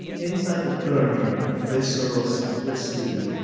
inside the therme, a ah visceral simplicity,